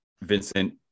Vincent